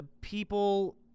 People